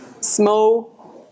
small